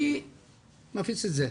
אני מפיץ את זה.